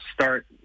start